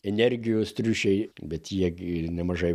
energijos triušiai bet jie gi nemažai